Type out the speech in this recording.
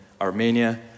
Armenia